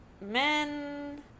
men